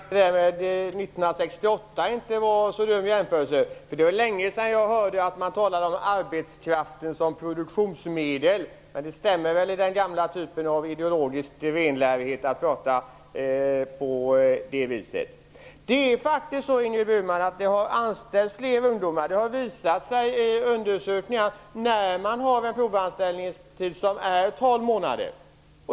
Herr talman! Jag kan konstatera att 1968 inte var en så dum jämförelse, för det var länge sedan jag hörde talas om arbetskraft som produktionsmedel. Men det stämmer väl med den gamla typen av ideologisk renlärighet att tala på det viset. Det har faktiskt anställts fler ungdomar - det har undersökningar visat - efter provanställning på tolv månader.